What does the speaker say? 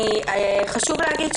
חשוב להגיד,